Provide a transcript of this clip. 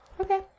Okay